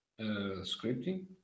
scripting